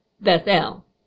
Bethel